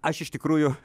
aš iš tikrųjų